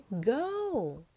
go